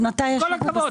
עם כל הכבוד,